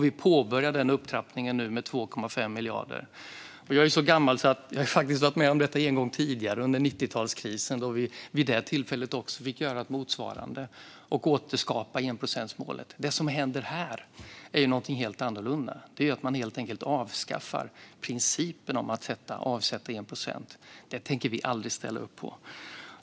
Vi påbörjar upptrappningen nu med 2,5 miljarder. Jag är så gammal att jag faktiskt har varit med om detta en gång tidigare under 90talskrisen. Vid det tillfället fick vi göra motsvarande och återskapa enprocentsmålet. Det som händer här är någonting helt annat. Det är att man helt enkelt avskaffar själva principen om att avsätta 1 procent. Det tänker vi aldrig ställa upp på.